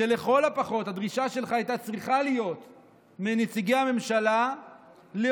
שלכל הפחות הדרישה שלך מנציגי הממשלה הייתה